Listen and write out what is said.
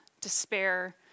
despair